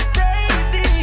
baby